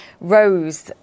rose